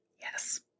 Yes